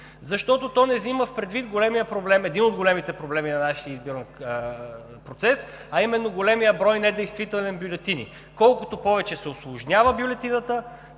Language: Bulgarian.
Защото то не взима предвид един от големите проблеми на нашия изборен процес, а именно големият брой недействителни бюлетини. Колкото повече се усложнява бюлетината,